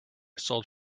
sold